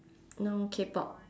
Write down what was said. now Kpop